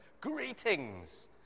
Greetings